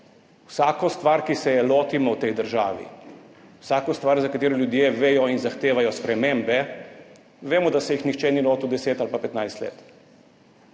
vsako stvar, ki se je lotimo v tej državi, vsako stvar, za katero ljudje vedo in zahtevajo spremembe, vemo, da se je nihče ni lotil 10 ali pa 15 let.